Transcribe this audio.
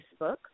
Facebook